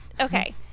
okay